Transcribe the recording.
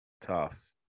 tough